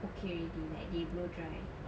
okay already like they blow dry